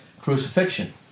crucifixion